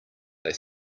they